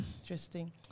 Interesting